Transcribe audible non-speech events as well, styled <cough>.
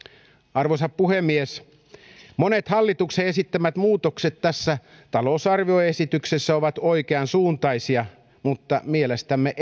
arvoisa puhemies monet hallituksen esittämät muutokset tässä talousarvioesityksessä ovat oikeansuuntaisia mutta mielestämme <unintelligible>